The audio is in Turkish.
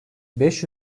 beş